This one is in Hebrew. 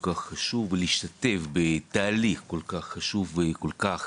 כך חשוב ולהשתתף בתהליך כל כך חשוב וכל כך